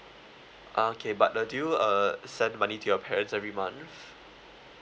okay but uh do you uh send money to your parents every month